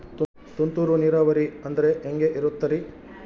ತುಂತುರು ನೇರಾವರಿ ಅಂದ್ರೆ ಹೆಂಗೆ ಇರುತ್ತರಿ?